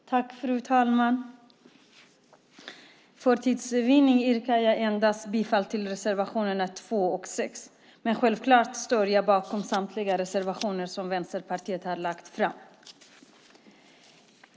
Fru talman! För tids vinnande yrkar jag bifall endast till reservationerna 2 och 6, men självklart står jag bakom samtliga reservationer från Vänsterpartiet.